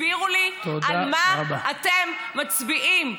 תסבירו לי על מה אתם מצביעים.